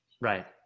Right